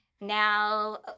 Now